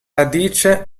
radice